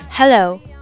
Hello